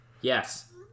Yes